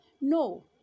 No